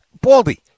Baldy